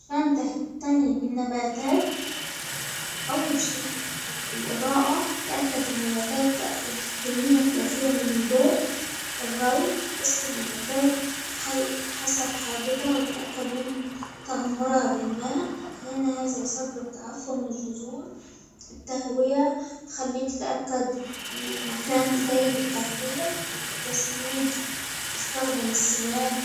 عشان تعتني بالنباتات، أول شيء الإضاءة تأكد النباتات تأخذ كمية كافية من ضوء الري، وسط النباتات حسب حاجتها وأتأكد من تغمرها بالماء لأن هذا يسبب تعفن البذور، التهوية تخليك تتأكد أن المكان جاي بالتهوية لتسميد إستخدم السماد.